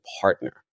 partner